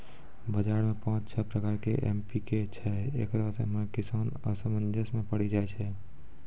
बाजार मे पाँच छह प्रकार के एम.पी.के छैय, इकरो मे किसान असमंजस मे पड़ी जाय छैय?